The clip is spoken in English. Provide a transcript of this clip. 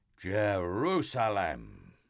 Jerusalem